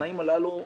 בתנאים הללו,